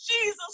jesus